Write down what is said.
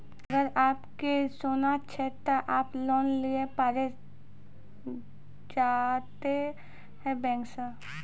अगर आप के सोना छै ते आप लोन लिए पारे चाहते हैं बैंक से?